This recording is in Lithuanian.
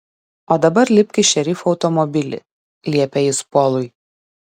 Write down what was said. o dabar lipk į šerifo automobilį liepė jis polui